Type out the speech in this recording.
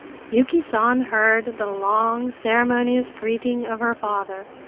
yuki san heard the long ceremonious greeting of her father.